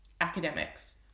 academics